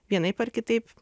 vienaip ar kitaip